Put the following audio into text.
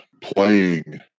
playing